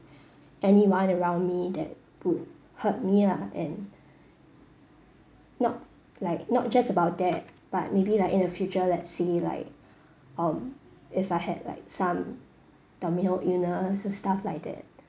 anyone around me that would hurt me lah and not like not just about that but maybe like in the future let's say like um if I had like some terminal illness or stuff like that